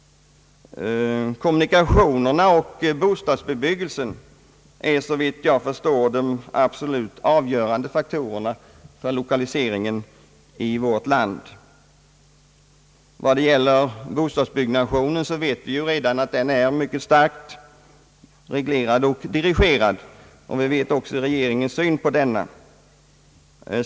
Kommunikationerna och bostadsbebyggeisen är de abslout avgörande faktorerna för lokaliseringen i vårt land. Vad bostadsbyggnationen beträffar, så vet vi redan att den är mycket starkt reglerad och dirigerad, och vi känner även till regeringens syn på denna.